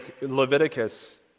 Leviticus